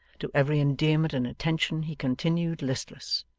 to every endearment and attention he continued listless.